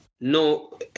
no